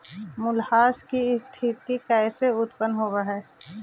मूल्यह्रास की स्थिती कैसे उत्पन्न होवअ हई?